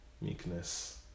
meekness